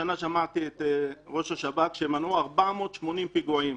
השנה שמעתי את ראש השב"כ שמנעו 480 פיגועים.